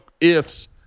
ifs